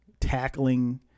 tackling